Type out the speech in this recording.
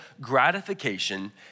gratification